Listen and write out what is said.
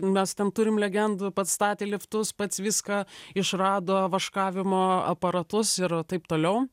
mes ten turim legendų pats statė liftus pats viską išrado vaškavimo aparatus ir taip toliau